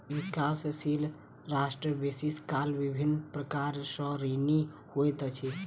विकासशील राष्ट्र बेसी काल विभिन्न प्रकार सँ ऋणी होइत अछि